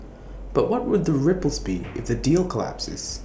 but what would the ripples be if the deal collapses